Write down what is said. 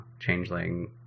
changeling